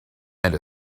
and